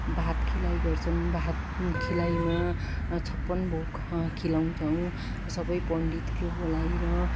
भात खिलाइ गर्छन् भात खिलाइमा छपन्न भोग खिलाउँछौँ सबै पण्डितहरू बोलाएर